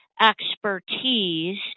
expertise